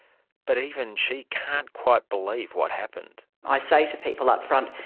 but even she can't quite believe what happened! i say to people upfront,